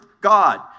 God